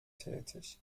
tätig